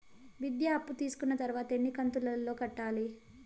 విద్య అప్పు తీసుకున్న తర్వాత ఎన్ని కంతుల లో కట్టాలి?